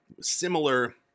similar